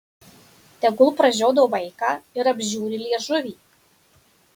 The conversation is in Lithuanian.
tegul pražiodo vaiką ir apžiūri liežuvį